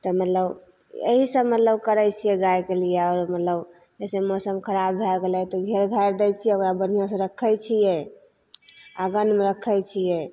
तऽ मतलब एहि सब लए लोक करै छियै गायके लिअ मतलब जैसे मौसम खराब भए गेलै तऽ ओहए झाड़ि दै छियै ओकरा बढ़िआँ से रखैत छियै अगहनमे रखैत छियै